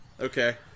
Okay